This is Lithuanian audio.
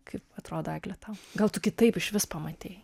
kaip atrodo egle tau gal tu kitaip išvis pamatei